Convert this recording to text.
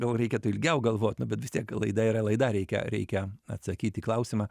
gal reikėtų ilgiau galvot na bet vis tiek laida yra laida reikia reikia atsakyt į klausimą